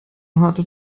harte